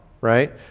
right